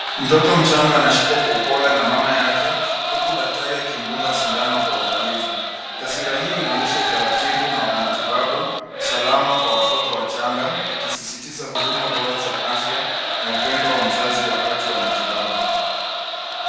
Mtoto mchanga anashikwa kwa upole na mama yake huku daktari akimdunga shindano kwa uangalifu. Taswira hii inaonyesha utaratibu wa matibabu salama kwa watoto wachanga ikisisitiza huduma bora za afya na upendo wa mzazi wakati wa matibabu.